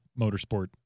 motorsport –